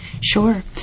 Sure